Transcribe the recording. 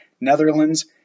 Netherlands